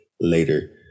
later